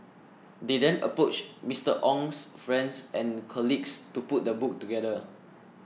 they then approached Mister Ong's friends and colleagues to put the book together